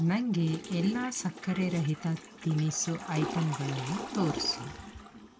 ನನಗೆ ಎಲ್ಲ ಸಕ್ಕರೆ ರಹಿತ ತಿನಿಸು ಐಟಂಗಳನ್ನು ತೋರಿಸು